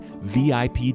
VIP